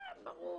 ברור.